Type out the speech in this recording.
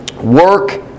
Work